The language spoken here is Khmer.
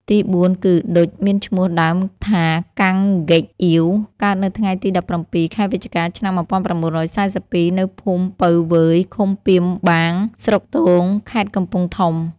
ទីបួនគឺ ឌុច មានឈ្មោះដើមថា កាំង ហ្កេកអ៊ាវ កើតនៅថ្ងៃទី១៧ ខែវិច្ឆិកា ឆ្នាំ១៩៤២ នៅភូមិពៅវើយ ឃុំពាមបាង ស្រុកស្ទោង ខេត្តកំពង់ធំ។